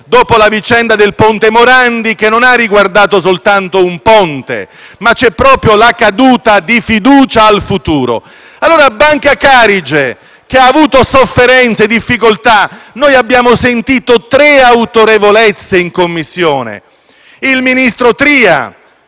dopo la vicenda del ponte Morandi, che non ha riguardato soltanto un ponte, ma ha rappresentato proprio la caduta di fiducia nel futuro. Banca Carige ha avuto sofferenze e difficoltà. Noi abbiamo sentito tre autorità in Commissione: il ministro Tria,